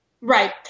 Right